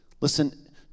Listen